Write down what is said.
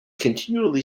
continually